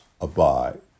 abide